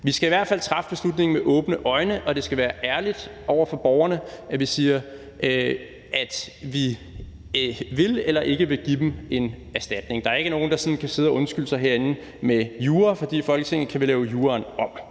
Vi skal i hvert fald træffe beslutningen med åbne øjne, og vi skal være ærlige over for borgerne, når vi siger, at vi vil eller ikke vil give dem en erstatning. Der er ikke nogen, der sådan kan sidde herinde og undskylde sig med jura, for i Folketinget kan vi lave juraen om.